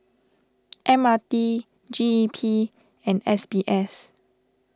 M R T G E P and S B S